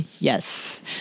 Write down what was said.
Yes